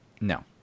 No